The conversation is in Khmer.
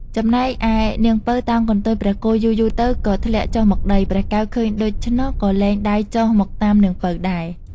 ចំណែកឯនាងពៅតោងកន្ទុយព្រះគោយូរៗទៅ ក៏ធ្លាក់ចុះមកដី ព្រះកែវឃើញដូច្នោះក៏លែងដៃចុះមកតាមនាងពៅដែរ។